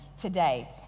today